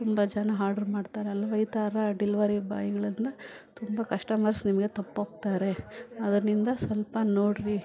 ತುಂಬ ಜನ ಹಾರ್ಡ್ರ್ ಮಾಡ್ತಾರಲ್ವ ಈ ಥರ ಡೆಲ್ವರಿ ಬಾಯ್ಗಳಿಂದ ತುಂಬ ಕಸ್ಟಮರ್ಸ್ ನಿಮಗೆ ತಪ್ಪೋಗ್ತಾರೆ ಅದರಿಂದ ಸ್ವಲ್ಪ ನೋಡಿರಿ